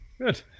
Good